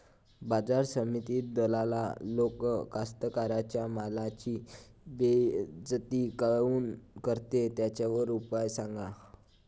बाजार समितीत दलाल लोक कास्ताकाराच्या मालाची बेइज्जती काऊन करते? त्याच्यावर उपाव सांगा